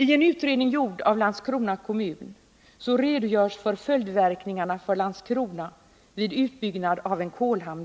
I en utredning, gjord av Landskrona kommun, redogörs för följdverkningarna för Landskrona vid utbyggnad av en kolhamn.